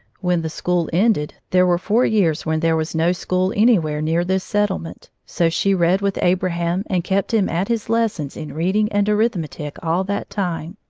when the school ended, there were four years when there was no school anywhere near their settlement, so she read with abraham and kept him at his lessons in reading and arithmetic all that time.